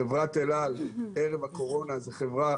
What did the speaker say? חברת אל על, ערב הקורונה, זו חברה